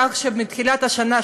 כך שמתחילת השנה,